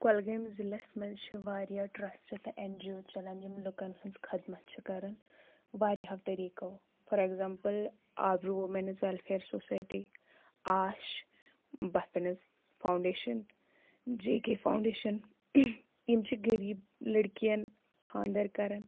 کۅلگٲمۍ ضلعس منٛز چھُ واریاہ ٹرٛسٹ تہٕ این جی اوٗ چلان یِم لوٗکن ہٕنٛز خدمت چھِ کران واریاہو طٔریٖقَو فار ایٚگزامپٕل اَکھ وۄمنزٕ ویٚلفِیر چھِ سوسایٔٹی آش بَفنٕز فاؤنٛڈیشن جَے کَے فاؤنڈیشن یِم چھِ غریٖب لٔڑکِیَن خانٛدر کران